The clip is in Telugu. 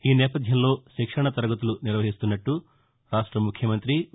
ఈ నేపథ్యంలో శిక్షణ తరగతులు నిర్వహిస్తున్నట్లు ముఖ్యమంతి వై